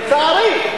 לצערי.